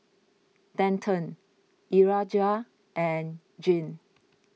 Denton Urijah and Jean